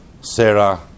sarah